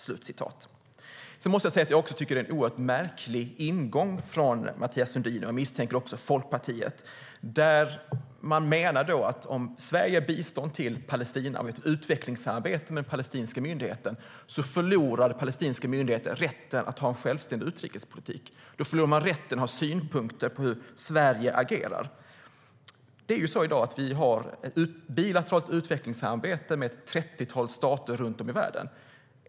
För det andra tycker jag att det är en mycket märklig ingång från Mathias Sundin, och jag misstänker att det också är från Folkpartiet, där man menar att om Sverige ger bistånd till Palestina, om vi har ett utvecklingssamarbete med palestinska myndigheten, då förlorar palestinska myndigheten rätten att ha en självständig utrikespolitik. Då förlorar de rätten att ha synpunkter på hur Sverige agerar. Vi har i dag ett bilateralt utvecklingssamarbete med ett trettiotal stater runt om i världen.